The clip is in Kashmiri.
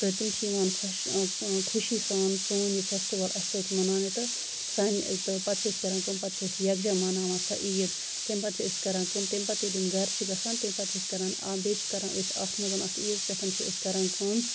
تہٕ تِم چھِ یِوان خۄش خُشی سان سون یہِ فٮ۪سٹِول اَسہِ سۭتۍ مَناونہِ تہٕ سانہِ تہٕ پَتہٕ چھِ أسۍ کران کٲم پَتہٕ چھِ أسۍ یَکجہہ مَناوان سۄ عیٖد تَمہِ پَتہٕ چھِ أسۍ کران کٲم تَمہِ پَتہٕ ییٚلہِ یِم گرٕ چھِ گژھان تَمہِ چھِ أسۍ کران بیٚیہِ چھِ کران أسۍ اَتھ منٛز اَتھ عیٖز پٮ۪ٹھ چھِ أسۍ کران کٲم